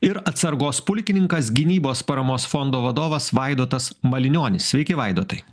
ir atsargos pulkininkas gynybos paramos fondo vadovas vaidotas malinionis sveiki vaidotai